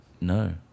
no